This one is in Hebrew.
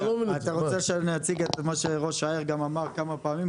אתה רוצה שאני אציג את מה שראש העיר גם אמר כמה פעמים?